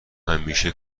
همیشه